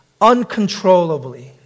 uncontrollably